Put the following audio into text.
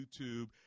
YouTube